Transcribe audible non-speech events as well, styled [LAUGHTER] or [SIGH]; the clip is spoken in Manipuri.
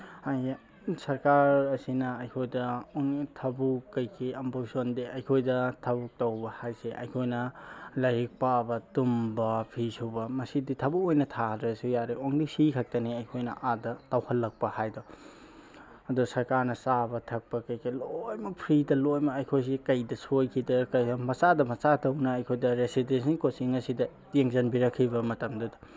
[UNINTELLIGIBLE] ꯁꯔꯀꯥꯔ ꯑꯁꯤꯅ ꯑꯩꯈꯣꯏꯗ ꯊꯕꯛ ꯀꯩ ꯀꯩ ꯑꯃꯐꯥꯎ ꯁꯨꯍꯟꯗꯦ ꯑꯩꯈꯣꯏꯗ ꯊꯕꯛ ꯇꯧꯕ ꯍꯥꯏꯕꯁꯦ ꯑꯩꯈꯣꯏꯅ ꯂꯥꯏꯔꯤꯛ ꯄꯥꯕ ꯇꯨꯝꯕ ꯐꯤ ꯁꯨꯕ ꯃꯁꯤꯗꯤ ꯊꯕꯛ ꯑꯣꯏꯅ ꯊꯥꯗ꯭ꯔꯁꯨ ꯌꯥꯔꯦ ꯑꯣꯡꯂꯤ ꯁꯤ ꯈꯛꯇꯅꯤ ꯑꯩꯈꯣꯏꯅ ꯑꯥꯗ ꯇꯧꯍꯜꯂꯛꯄ ꯍꯥꯏꯕꯗꯣ ꯑꯗꯣ ꯁꯔꯀꯥꯔꯅ ꯆꯥꯕ ꯊꯛꯄ ꯀꯩ ꯀꯩ ꯂꯣꯏꯅꯃꯛ ꯐ꯭ꯔꯤꯗ ꯂꯣꯏꯅꯃꯛ ꯑꯩꯈꯣꯏꯁꯦ ꯀꯩꯗ ꯁꯣꯏꯈꯤꯗ ꯃꯆꯥꯗ ꯃꯆꯥꯗꯧꯅ ꯑꯩꯈꯣꯏꯗ ꯔꯦꯁꯤꯗꯦꯟꯁꯦꯜ ꯀꯣꯆꯤꯡ ꯑꯁꯤꯗ ꯌꯦꯡꯁꯤꯟꯕꯤꯔꯛꯈꯤꯕ ꯃꯇꯝꯗꯨꯗ